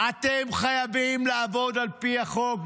אתם חייבים לעבוד על פי החוק,